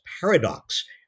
paradox